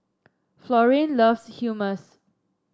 Florian loves Hummus